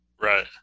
Right